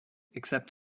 except